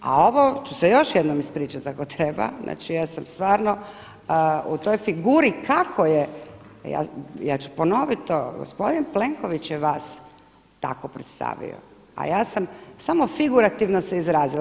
A ovo ću se još jednom ispričati ako treba, znači ja sam stvarno u toj figuri kako je, ja ću ponoviti to gospodin Plenković je tako vas predstavio, a ja sam samo figurativno se izrazila.